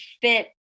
fit